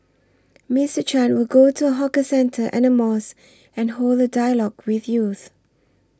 Mister Chan will go to a hawker centre and a mosque and hold a dialogue with youth